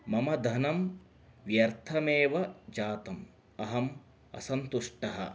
मम धनं व्यर्थमेव जातम् अहम् असन्तुष्टः